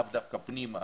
לאו דווקא פנימה,